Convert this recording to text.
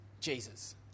Jesus